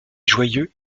joyeux